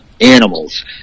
Animals